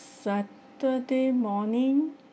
saturday morning